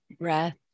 Breath